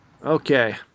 Okay